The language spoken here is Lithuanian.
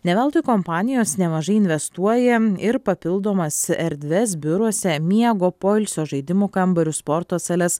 ne veltui kompanijos nemažai investuoja ir papildomas erdves biuruose miego poilsio žaidimų kambarius sporto sales